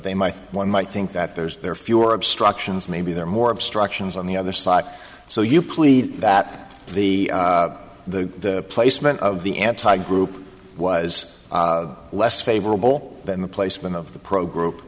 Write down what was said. they might one might think that there's there are fewer obstructions maybe there are more obstructions on the other side so you plead that the the placement of the anti group was less favorable than the placement of the pro group